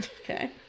Okay